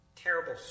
terrible